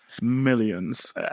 millions